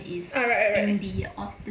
ah right right right